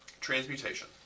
Transmutation